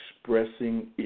expressing